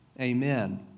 Amen